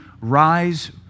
rise